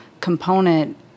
component